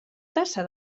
tassa